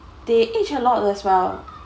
they age a lot as well